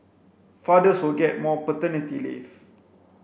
fathers will get more paternity leave